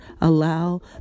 allow